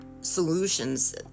solutions